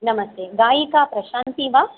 नमस्ते गायिका प्रशान्ती वा